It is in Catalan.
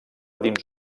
dins